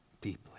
deeply